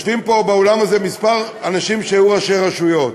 יושבים פה באולם הזה כמה אנשים שהיו ראשי רשויות,